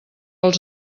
els